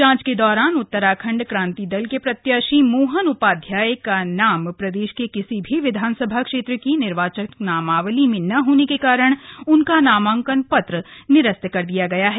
जांच के दौरान उत्तराखंड क्रांति दल के प्रत्याशी मोहन उपाध्याय का नाम प्रदेश के किसी भी विधानसभा क्षेत्र की निर्वाचक नामावली में न होने के कारण उनका नामाकंन पत्र निरस्त कर दिया गया है